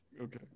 Okay